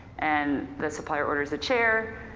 and the supplier orders the chair.